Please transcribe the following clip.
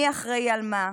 מי אחראי למה,